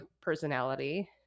personality